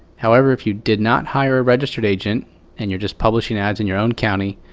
however, if you did not hire a registered agent and you're just publishing ads in your own county,